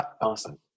Awesome